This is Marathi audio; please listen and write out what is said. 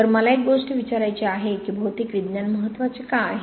तर मला एक गोष्ट विचारायची आहे की भौतिक विज्ञान महत्वाचे का आहे